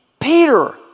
Peter